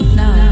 now